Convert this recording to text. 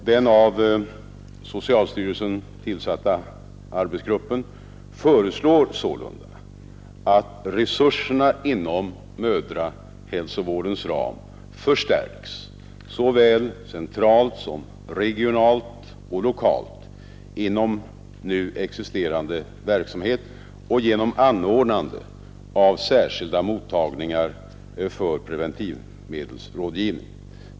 Den av socialstyrelsen tillsatta arbetsgruppen föreslår sålunda att resurserna inom mödrahälsovårdens ram förstärks såväl centralt som regionalt och lokalt inom nu existerande verksamhet och genom anordnande av särskilda mottagningar för = preventivmedelsrådgivning.